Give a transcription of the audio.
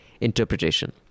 interpretation